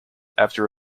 after